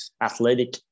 athletic